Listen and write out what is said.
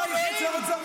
אתה יועץ של הרוצח.